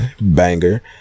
Banger